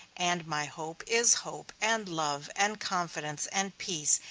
and my hope, is hope, and love, and confidence, and peace,